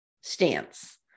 stance